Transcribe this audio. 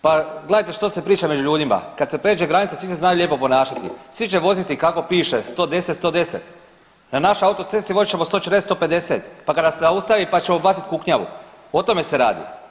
Pa gledajte što se priča među ljudima, kad se prijeđe granica svi se znaju lijepo ponašati, svi će voziti kako piše 110, 110, na našoj autocesti vozit ćemo 140, 150, pa kada nas zaustavi pa ćemo bacit kuknjavu o tome se radi.